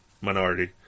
minority